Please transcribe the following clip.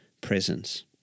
presence